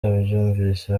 abyumvise